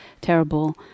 terrible